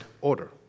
order